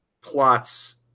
plots